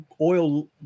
oil